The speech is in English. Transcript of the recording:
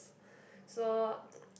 so